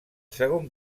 segon